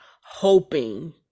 hoping